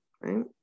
right